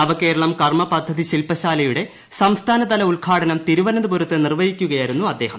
നവകേരളം കർമ്മപദ്ധതി ശിൽപശാലയുടെ സംസ്ഥാനതല ഉദ്ഘാടനം തിരുവനന്തപുരത്ത് നിർവഹിക്കുകയായിരുന്നു അദ്ദേഹം